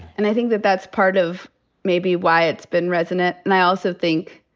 and i think that that's part of maybe why it's been resonant. and i also think,